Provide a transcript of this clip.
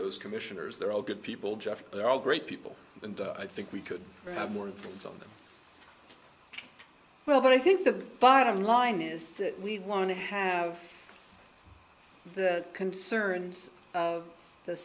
those commissioners they're all good people jeff they're all great people and i think we could have more influence on them well but i think the bottom line is that we want to have the concerns of the